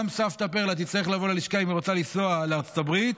גם סבתא פרלה תצטרך לבוא ללשכה אם היא רוצה לנסוע לארצות הברית.